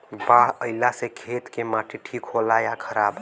बाढ़ अईला से खेत के माटी ठीक होला या खराब?